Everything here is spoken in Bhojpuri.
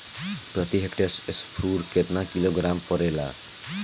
प्रति हेक्टेयर स्फूर केतना किलोग्राम पड़ेला?